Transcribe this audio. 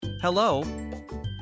Hello